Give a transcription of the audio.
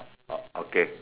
oh oh okay